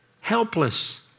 Helpless